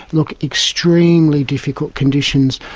look, extremely difficult conditions.